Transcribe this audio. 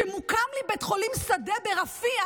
מוקם לי בית חולים שדה ברפיח,